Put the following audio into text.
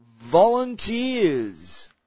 volunteers